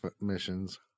missions